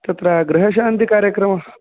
तत्र गृहशान्तिकार्यक्रमः